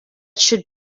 should